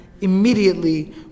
immediately